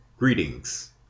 Greetings